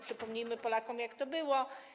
Przypomnijmy Polakom, jak to było.